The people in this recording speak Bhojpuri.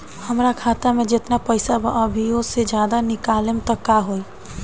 हमरा खाता मे जेतना पईसा बा अभीओसे ज्यादा निकालेम त का होई?